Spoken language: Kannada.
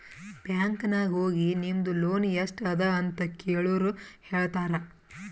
ಬ್ಯಾಂಕ್ ನಾಗ್ ಹೋಗಿ ನಿಮ್ದು ಲೋನ್ ಎಸ್ಟ್ ಅದ ಅಂತ ಕೆಳುರ್ ಹೇಳ್ತಾರಾ